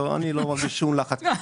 לא, אני לא מרגיש שום לחץ.